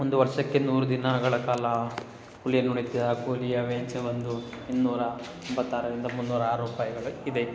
ಒಂದು ವರ್ಷಕ್ಕೆ ನೂರು ದಿನಗಳ ಕಾಲ ಕೂಲಿಯನ್ನು ವೆಚ್ಚ ಕೂಲಿಯ ವೆಚ್ಚ ಬಂದು ಇನ್ನೂರ ಇಪ್ಪತ್ತಾರರಿಂದ ಮುನ್ನೂರ ಆರು ರೂಪಾಯಿಗಳು ಇದೆ